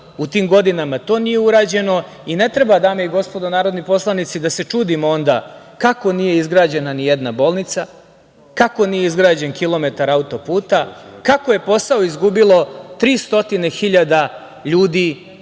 u tim godinama to nije urađeno i ne treba, dame i gospodo narodni poslanici, da se čudimo onda kako nije izgrađena nijedna bolnica, kako nije izgrađen kilometar autoputa, kako je posao izgubilo 300 hiljada